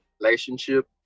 relationship